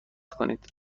کنید